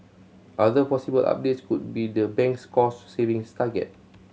other possible updates could be the bank's cost savings target